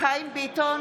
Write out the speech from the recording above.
חיים ביטון,